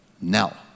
Now